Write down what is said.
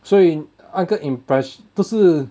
所以那个 impress 就是